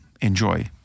Enjoy